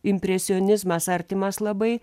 impresionizmas artimas labai